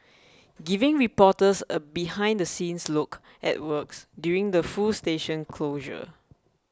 giving reporters a behind the scenes look at works during the full station closure